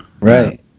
Right